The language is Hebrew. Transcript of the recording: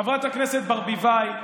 חברת הכנסת ברביבאי,